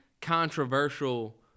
controversial